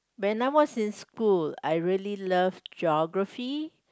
when I was in school I really love geography